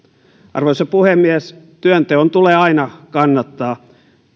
arvoisa puhemies työnteon tulee aina kannattaa